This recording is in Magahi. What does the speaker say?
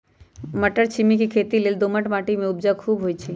मट्टरछिमि के खेती लेल दोमट माटी में उपजा खुब होइ छइ